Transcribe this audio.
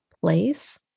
place